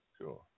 Sure